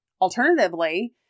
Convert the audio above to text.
Alternatively